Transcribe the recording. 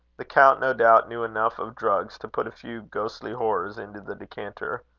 the count no doubt knew enough of drugs to put a few ghostly horrors into the decanter.